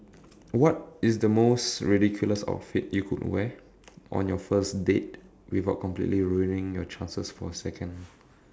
what is the most ridiculous outfit you could wear on your first date without completely ruining your chances for second